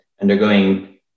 undergoing